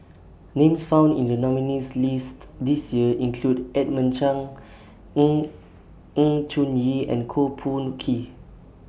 Names found in The nominees' list This Year include Edmund Cheng in in Choon Yee and Koh Poh